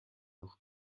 noch